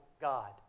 God